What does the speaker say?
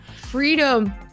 Freedom